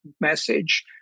message